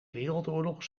wereldoorlog